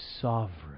sovereign